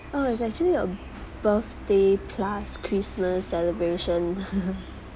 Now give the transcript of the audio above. oh it's actually a birthday plus christmas celebration